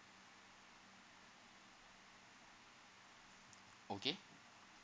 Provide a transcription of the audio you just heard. okay